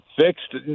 Fixed